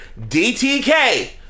DTK